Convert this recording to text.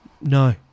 no